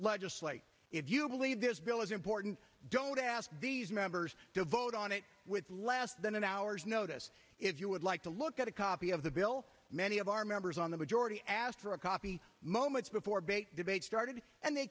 legislate if you believe this bill is important don't ask these members to vote on it with less than an hour's notice if you would like to look at a copy of the bill many of our members on the majority asked for a copy moments before big debate started and they